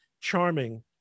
charming